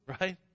Right